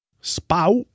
spout